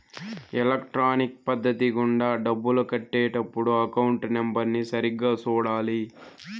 electronic పద్ధతి గుండా డబ్బులు కట్టే టప్పుడు అకౌంట్ నెంబర్ని సరిగ్గా సూడాలి